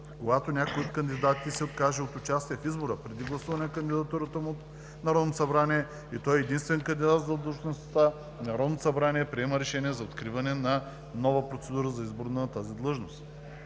Когато някой от кандидатите се откаже от участие в избора преди гласуване на кандидатурата му от Народното събрание, и той е единствен кандидат за длъжността, Народното събрание приема решение за откриване на нова процедура за избор за тази длъжност.